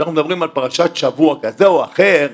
כשאנחנו מדברים על פרשת שבוע כזו או אחרת.